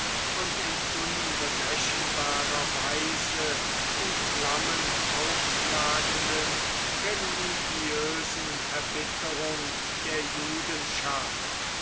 und in unberechenbarer weise in flammen aufschlagenden religiösen erbitterung der